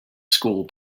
school